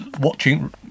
watching